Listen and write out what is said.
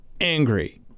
angry